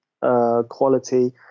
quality